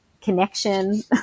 connection